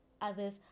others